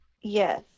yes